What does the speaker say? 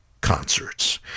concerts